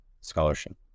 scholarship